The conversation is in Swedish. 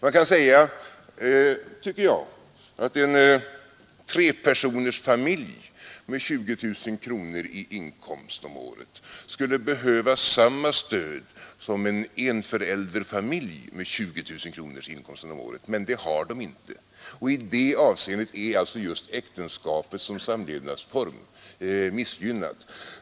Man kan tycka att en trepersonersfamilj med 20 000 kronor i inkomst om året skulle behöva samma stöd som en enföräldersfamilj med 20 000 kronors inkomst om året, men det får den inte. I det avseendet är alltså äktenskapet som samlevnadsform missgynnat.